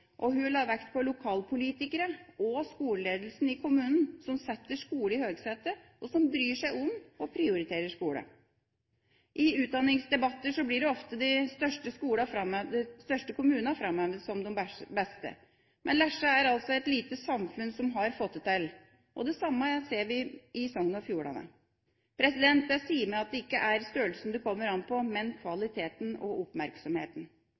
Og hun la vekt på lokalpolitikere og skoleledelsen i kommunen, som setter skole i høgsetet, og som bryr seg om og prioriterer skole. I utdanningsdebatter blir ofte de største kommunene framhevet som de beste, men Lesja er altså et lite samfunn som har fått det til. Det samme ser vi i Sogn og Fjordane. Det sier meg at det er ikke størrelsen det kommer an på, men kvaliteten og oppmerksomheten.